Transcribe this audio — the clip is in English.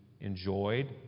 enjoyed